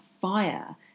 fire